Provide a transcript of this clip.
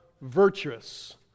virtuous